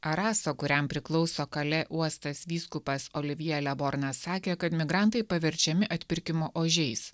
arasa kuriam priklauso kalė uostas vyskupas olivjė le bornas sakė kad migrantai paverčiami atpirkimo ožiais